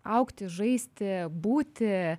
augti žaisti būti